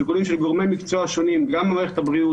שיקולים של גורמי מקצוע שונים גם במערכת הבריאות,